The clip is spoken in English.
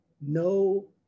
no